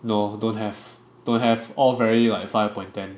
no don't have don't have all very like five point upon ten